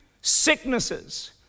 sicknesses